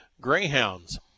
Greyhounds